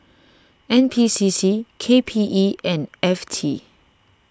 N P C C K P E and F T